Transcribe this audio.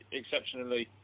exceptionally